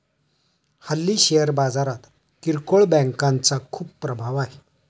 हल्ली शेअर बाजारात किरकोळ बँकांचा खूप प्रभाव आहे